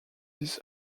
this